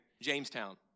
Jamestown